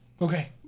okay